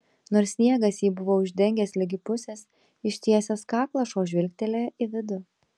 nors sniegas jį buvo uždengęs ligi pusės ištiesęs kaklą šuo žvilgtelėjo į vidų